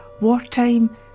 wartime